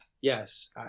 Yes